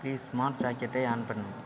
please smart சாக்கெட்டை on பண்ணு